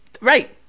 Right